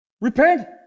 Repent